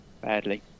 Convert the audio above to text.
badly